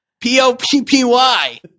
P-O-P-P-Y